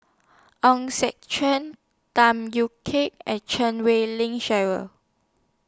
Hong Sek Chern Tham Yui Kai and Chan Wei Ling Cheryl